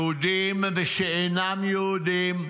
יהודים ושאינם יהודים,